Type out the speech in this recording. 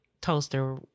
toaster